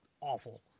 awful